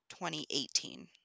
2018